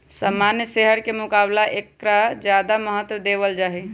सामान्य शेयर के मुकाबला ऐकरा ज्यादा महत्व देवल जाहई